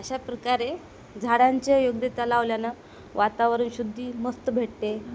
अशा प्रकारे झाडांच्या योग्यता लावल्याने वातावरण शुद्धी मस्त भेटते